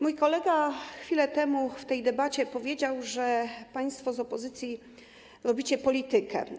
Mój kolega chwilę temu w tej debacie powiedział, że państwo z opozycji robicie politykę.